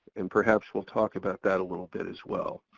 and perhaps we'll talk about that a little bit as well.